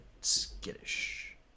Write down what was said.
skittish